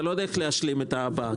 אתה לא דואג להשלים את הפער,